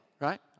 right